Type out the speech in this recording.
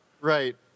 right